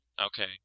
Okay